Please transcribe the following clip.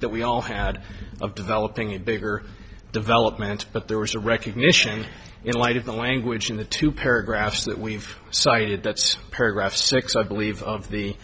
that we all had of developing a bigger development but there was a recognition in light of the language in the two paragraphs that we've cited that's paragraph six i believe of the